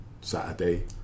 Saturday